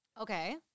okay